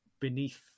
beneath